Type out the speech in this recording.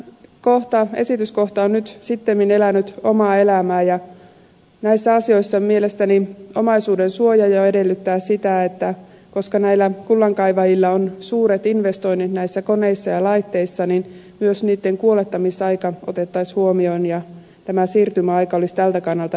no tämä esityskohta on nyt sittemmin elänyt omaa elämäänsä ja mielestäni näissä asioissa jo omaisuudensuoja edellyttää sitä että koska näillä kullankaivajilla on suuret investoinnit näissä koneissa ja laitteissa myös niitten kuolettamisaika otettaisiin huomioon ja tämä siirtymäaika olisi tältä kannalta riittävän pitkä